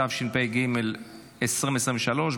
התשפ"ג 2023,